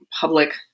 public